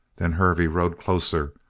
then hervey rode closer,